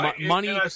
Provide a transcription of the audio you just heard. Money